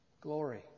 Glory